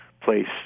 place